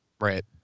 Right